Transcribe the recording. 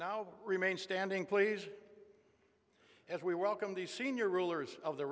now remain standing please as we welcome the senior rulers of the